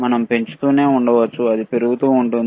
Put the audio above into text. మనం పెంచుతూనే ఉండవచ్చు అది పెరుగుతూ ఉంటుంది